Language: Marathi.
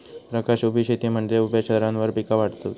प्रकाश उभी शेती म्हनजे उभ्या थरांमध्ये पिका वाढवता